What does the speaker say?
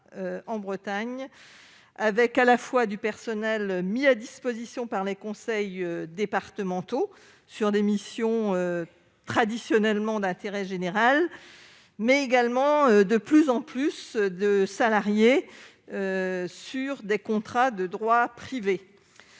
en Bretagne, avec à la fois du personnel mis à disposition par les conseils départementaux pour exercer des missions traditionnellement d'intérêt général et de plus en plus de salariés sous contrat de droit privé.